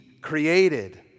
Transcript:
created